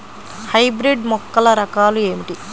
Hybrid మొక్కల రకాలు ఏమిటి?